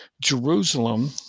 Jerusalem